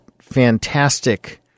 fantastic